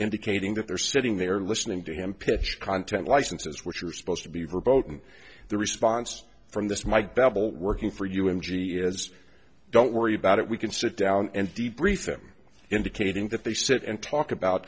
indicating that they're sitting there listening to him pitch content licenses which are supposed to be verboten the response from this might babble working for you in g is don't worry about it we can sit down and deep brief them indicating that they sit and talk about